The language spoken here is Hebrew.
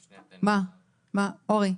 אורי,